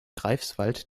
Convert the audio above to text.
greifswald